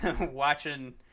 watching